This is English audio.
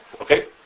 Okay